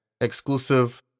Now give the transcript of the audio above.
exclusive